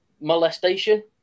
molestation